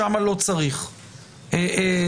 שם לא צריך מסכה.